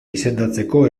izendatzeko